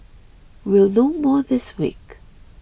we'll know more this week